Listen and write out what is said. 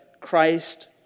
Christ